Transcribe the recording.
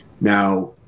Now